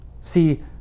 see